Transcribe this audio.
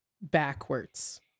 backwards